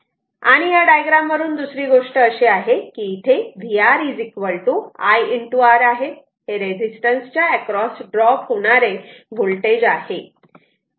आणि या डायग्राम वरून दुसरी गोष्ट अशी आहे की इथे vR i R आहे हे रेझिस्टन्स च्या अक्रॉस ड्रॉप होणारे होलटेज आहे